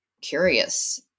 curious